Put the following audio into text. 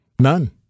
None